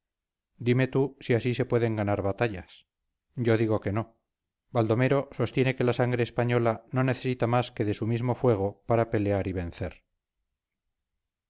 dime tú si así se pueden ganar batallas yo digo que no baldomero sostiene que la sangre española no necesita más que de su mismo fuego para pelear y vencer